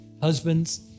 Husbands